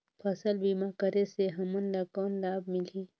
फसल बीमा करे से हमन ला कौन लाभ मिलही?